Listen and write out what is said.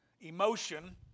emotion